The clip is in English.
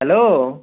hello